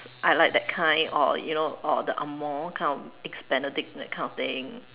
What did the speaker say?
I like that kind or you know or the Ang-Moh kind of eggs benedict that kind of thing